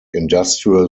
industrial